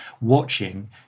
watching